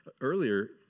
earlier